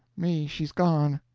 me, she's gone,